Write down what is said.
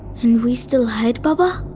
we still hide, baba?